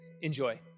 Enjoy